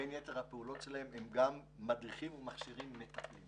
בין יתר הפעולות שלהם הם גם מדריכים ומכשירים מטפלים.